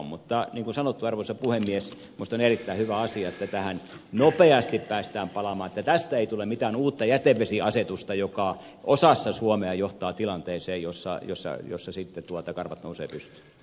mutta niin kuin sanottu arvoisa puhemies minusta on erittäin hyvä asia että tähän nopeasti päästään palaamaan että tästä ei tule mitään uutta jätevesiasetusta joka osassa suomea johtaa tilanteeseen jossa sitten karvat nousevat pystyyn